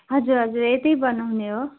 हजुर हजुर यतै बनाउने हो